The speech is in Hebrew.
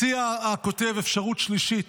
מציע הכותב אפשרות שלישית,